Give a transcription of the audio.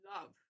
love